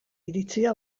iritzia